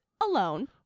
alone